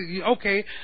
okay